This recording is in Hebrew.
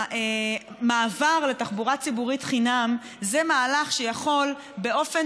המעבר לתחבורה ציבורית חינם זה מהלך שיכול לעודד באופן